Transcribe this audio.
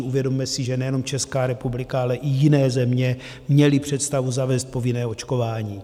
Uvědomme si, že nejenom Česká republika, ale i jiné země měly představu zavést povinné očkování.